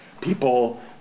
People